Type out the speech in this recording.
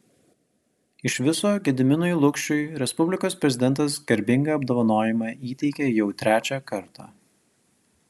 iš viso gediminui lukšiui respublikos prezidentas garbingą apdovanojimą įteikė jau trečią kartą